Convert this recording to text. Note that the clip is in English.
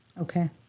Okay